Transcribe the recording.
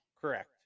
Correct